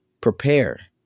Prepare